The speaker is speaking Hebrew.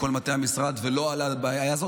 והבעיה הזאת לא עלתה,